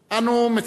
8733,